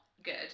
good